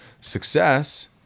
Success